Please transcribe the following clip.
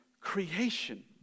creation